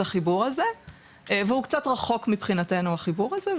החיבור הזה והוא קצת רחוק מבחינתנו החיבור הזה,